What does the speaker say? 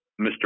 Mr